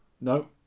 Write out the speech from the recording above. No